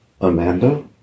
Amanda